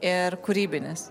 ir kūrybinis